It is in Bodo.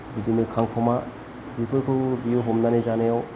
बिदिनो खांखमा बेफोरखौबो बियो हमनानै जानायाव